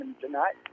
tonight